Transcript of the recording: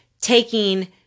taking